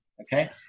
Okay